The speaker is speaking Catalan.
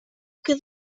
que